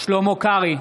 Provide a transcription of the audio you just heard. שלמה קרעי,